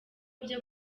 byo